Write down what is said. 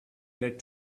led